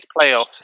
playoffs